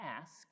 ask